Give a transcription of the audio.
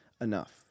enough